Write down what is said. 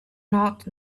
not